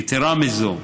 יתרה מזו,